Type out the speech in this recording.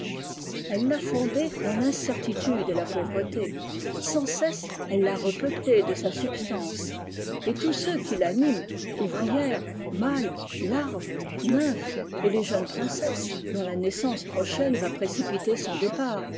elle l'a fondée dans l'incertitude et la pauvreté sans cesse elle l'a repeuplée de sa substance et tous ceux qui l'animent ouvrières mâles larves nymphes et les jeunes princesses dont la naissance prochaine va précipiter son départ